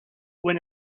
when